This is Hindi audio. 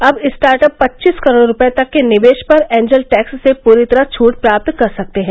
अब स्टार्टअप पच्चीस करोड़ रुपये तक के निवेश पर एंजल टैक्स से पूरी तरह छूट प्राप्त कर सकते हैं